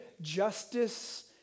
justice